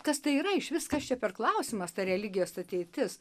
kas tai yra išvis kas čia per klausimas ta religijos ateitis